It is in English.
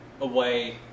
away